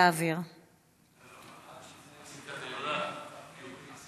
ההצעה להעביר את הנושא